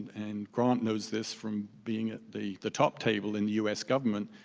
and grant knows this from being at the the top table in the u s. government,